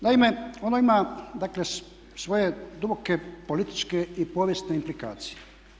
Naime, ono ima, dakle svoje duboke političke i povijesne implikacije.